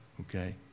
okay